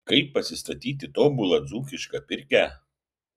kaip pasistatyti tobulą dzūkišką pirkią